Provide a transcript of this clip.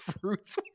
fruits